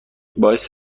باعث